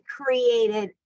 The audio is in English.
created